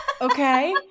Okay